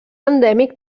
endèmic